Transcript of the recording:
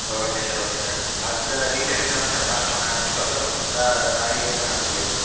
okay sir okay sir அந்த டீட்டெயிலுக்காக தான் சார் கால் பண்னேன் தொந்தரவு பண்ணியிருந்தா சாரி எதுவும் நினச்சிக்காதீங்க